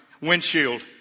windshield